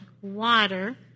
water